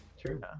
true